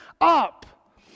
up